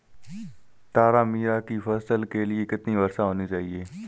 तारामीरा की फसल के लिए कितनी वर्षा होनी चाहिए?